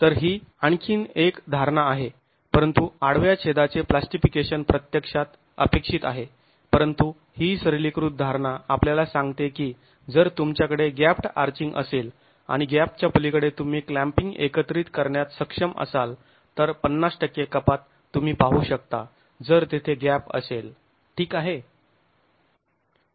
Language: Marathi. तर ही आणखी एक धारणा आहे परंतु आडव्या छेदाचे प्लास्टिकफिकेशन प्रत्यक्षात अपेक्षित आहे परंतु ही सरलीकृत धारणा आपल्याला सांगते की जर तुमच्याकडे गॅप्ड् आर्चिंग असेल आणि गॅपच्या पलीकडे तुम्ही क्लॅंम्पिंग एकत्रित करण्यात सक्षम असाल तर ५० कपात तुम्ही पाहू शकता जर तेथे गॅप असेल ठीक आहे